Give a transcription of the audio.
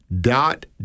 dot